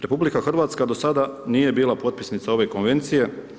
RH do sada nije bila potpisnica ove Konvencije.